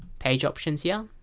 page options here.